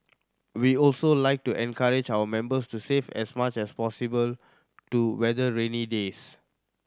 we also like to encourage our members to save as much as possible to weather rainy days